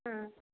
হুম